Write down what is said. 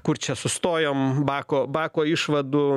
kur čia sustojom bako bako išvadų